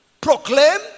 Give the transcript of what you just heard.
proclaimed